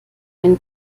ein